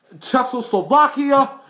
Czechoslovakia